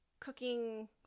cooking